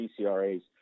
PCRA's